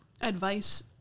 advice